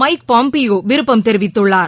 mic பாம்பியோவிருப்பம் தெரிவித்துள்ளார்